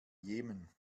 jemen